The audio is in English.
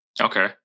Okay